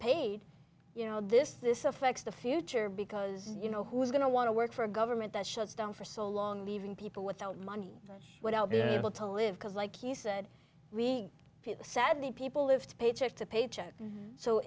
paid you know this this affects the future because you know who's going to want to work for a government that shuts down for so long leaving people without money without being able to live because like you said we sadly people lived paycheck to paycheck